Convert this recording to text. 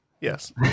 Yes